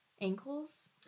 ankles